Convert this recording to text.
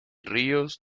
ríos